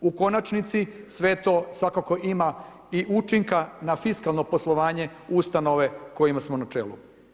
U konačnici sve to svakako ima i učinka na fiskalno poslovanje ustanove kojima smo na čelu.